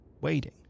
waiting